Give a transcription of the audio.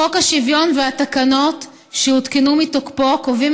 חוק השוויון והתקנות שהותקנו מתוקפו קובעים